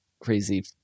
crazy